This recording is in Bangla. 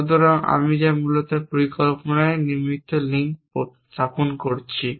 সুতরাং আমি যা মূলত আমার পরিকল্পনায় নৈমিত্তিক লিঙ্ক স্থাপন করেছি